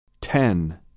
Ten